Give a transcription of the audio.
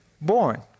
born